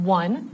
one